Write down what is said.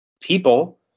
people